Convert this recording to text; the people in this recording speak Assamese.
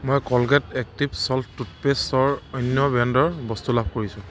মই কলগেট এক্টিভ চ'ল্ট টুথপেষ্টৰ অন্য ব্ৰেণ্ডৰ বস্তু লাভ কৰিছোঁ